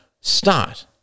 start